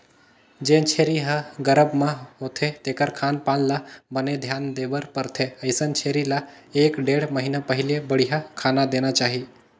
जेन छेरी ह गरभ म होथे तेखर खान पान ल बने धियान देबर परथे, अइसन छेरी ल एक ढ़ेड़ महिना पहिली बड़िहा खाना देना चाही